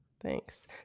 Thanks